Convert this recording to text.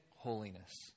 holiness